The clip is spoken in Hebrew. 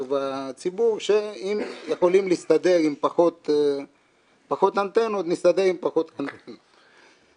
והציבור שאם יכולים להסתדר עם פחות אנטנות נסתדר עם פחות אנטנות.